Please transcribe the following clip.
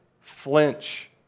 flinch